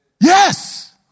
Yes